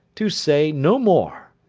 to say no more.